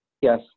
yes